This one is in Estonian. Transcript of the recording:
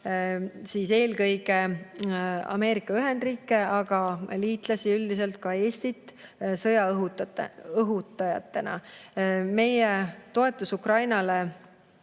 eelkõige Ameerika Ühendriike, aga liitlasi üldiselt, ka Eestit sõjaõhutajatena. Meie toetus Ukrainale